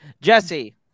Jesse